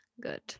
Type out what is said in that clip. Good